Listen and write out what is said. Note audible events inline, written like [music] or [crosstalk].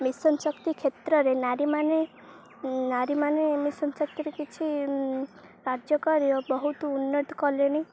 mission Shakti କ୍ଷେତ୍ରରେ ନାରୀମାନେ ନାରୀମାନେ ମିଶନ ଶକ୍ତିରେ କିଛି କାର୍ଯ୍ୟ [unintelligible] ବହୁତ ଉନ୍ନତ କଲେଣି